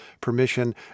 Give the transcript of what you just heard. permission